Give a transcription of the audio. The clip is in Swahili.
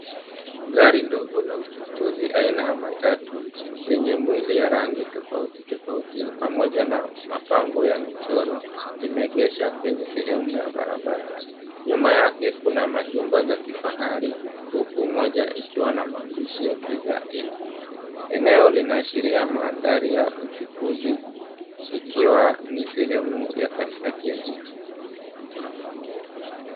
Gari ndogo ya uchukuzi aina ya matatu yenye mwili ya rangi tofautitofauti pamoja na mapambo ya michoro limeegeshwa kwenye sehemu ya barabara. Nyuma yake kuna majumba za kifahari huku moja ikiwa na maandishi ya, "Pizza Inn." Eneo inaashiria mandhari ya uchukuzi ikiwa ni sehemu ya katikati ya jiji.